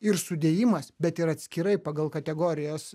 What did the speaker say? ir sudėjimas bet ir atskirai pagal kategorijas